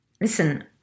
Listen